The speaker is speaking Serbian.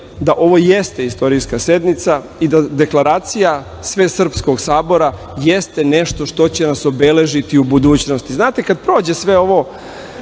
da ovo jeste istorijska sednica i da deklaracija Svesrpskog sabora jeste nešto što će nas obeležiti u budućnosti. Znate, kad prođe sve ovo